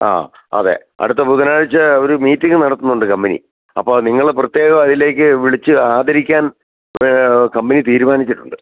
ആ അതെ അടുത്ത ബുധനാഴ്ച്ച ഒരു മീറ്റിംഗ് നടത്തുന്നുണ്ട് കമ്പനി അപ്പോൾ നിങ്ങളെ പ്രത്യേകം അതിലേയ്ക്ക് വിളിച്ച് ആദരിക്കാന് ഇപ്പോൾ കമ്പനി തീരുമാനിച്ചിട്ടുണ്ട്